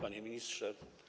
Panie Ministrze!